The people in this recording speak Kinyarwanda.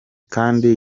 kandi